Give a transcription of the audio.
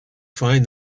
find